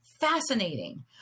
fascinating